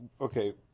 Okay